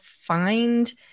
find